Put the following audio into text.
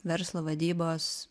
verslo vadybos